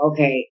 Okay